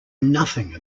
nothing